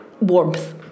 warmth